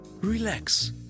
relax